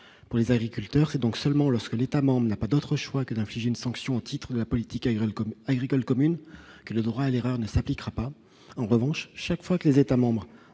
Pour les agriculteurs, c'est donc seulement lorsque l'État membre n'a pas d'autre choix que d'infliger une sanction au titre de la politique agricole commune que le droit à l'erreur ne s'appliquera pas. En revanche, chaque fois que les États membres